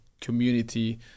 community